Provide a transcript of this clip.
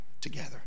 together